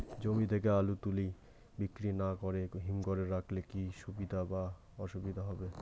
জমি থেকে আলু তুলে বিক্রি না করে হিমঘরে রাখলে কী সুবিধা বা কী অসুবিধা হবে?